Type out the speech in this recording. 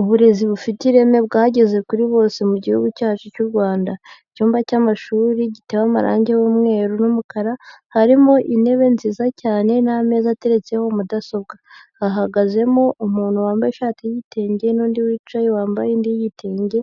Uburezi bufite ireme bwageze kuri bose mu Gihugu cyacu cy'u Rwanda, icyumba cy'amashuri giteye amarange y'umweru n'umukara harimo intebe nziza cyane n'ameza ateretseho mudasobwa, hahagazemo umuntu wambaye ishati y'igitenge n'undi wicaye wambaye indi y'igitenge,